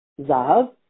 Zav